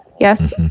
Yes